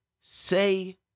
say